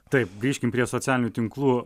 taip grįžkim prie socialinių tinklų